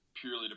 purely